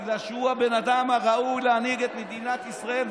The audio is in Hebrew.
בגלל שהוא הבן אדם הראוי להנהיג את מדינת ישראל,